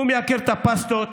הוא מייקר את הפסטות,